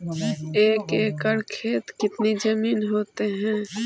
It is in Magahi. एक एकड़ खेत कितनी जमीन होते हैं?